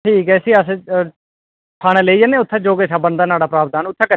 ठीक ऐ इसी अस ठाने लेई जन्ने आं ते जो बनदा इसदा प्रावधान